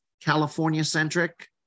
California-centric